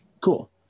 Cool